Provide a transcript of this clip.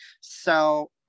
So-